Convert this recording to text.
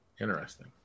interesting